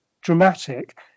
dramatic